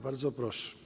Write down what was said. Bardzo proszę.